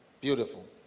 Beautiful